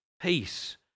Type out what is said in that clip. peace